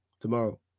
Tomorrow